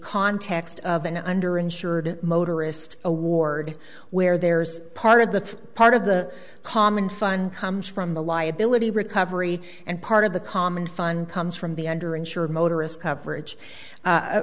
context of an under insured motorists award where there's part of the part of the common fund comes from the liability recovery and part of the common fun comes from the under insured motorists coverage